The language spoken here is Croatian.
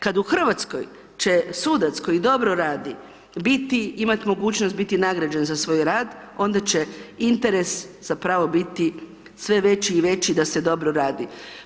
Kad u RH će sudac koji dobro radi biti, imat mogućnost biti nagrađen za svoj rad, onda će interes zapravo biti sve veći i veći da se dobro radi.